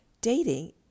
Dating